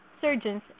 surgeons